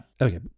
Okay